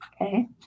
Okay